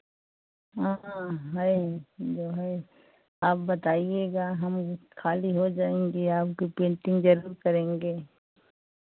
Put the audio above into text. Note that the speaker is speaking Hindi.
हाँ हाँ है जो है आप बताइयेगा हम खाली हो जाएंगे आपके पेन्टिंग जरूर करेंगे